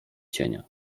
cienia